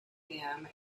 him